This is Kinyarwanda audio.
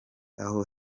aho